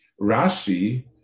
Rashi